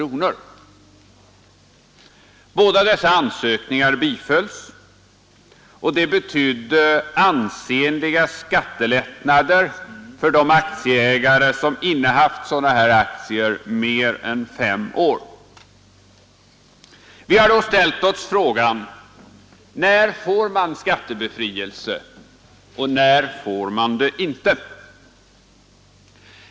Båda dessa ansökningar bifölls, och det betydde ansenliga skattelättnader för de aktieägare som innehaft sina aktier mer än fem år. Vi har då ställt oss frågan: När får man skattebefrielse och när får man den inte?